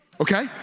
okay